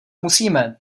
musíme